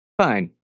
Fine